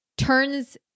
Turns